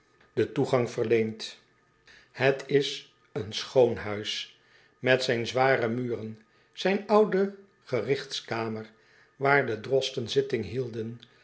potlood eel verleend et is een schoon huis et zijn zware muren zijn oude gerigtskamer waar de drosten zitting hielden